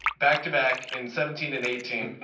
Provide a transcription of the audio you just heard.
back to back in seventeen and eighteen.